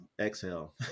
Exhale